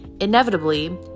Inevitably